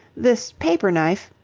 this paper-knife.